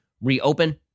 reopen